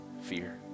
fear